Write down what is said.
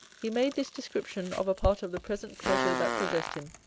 he made this description of a part of the present pleasure that possessed him,